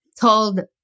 told